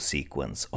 Sequence